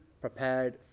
prepared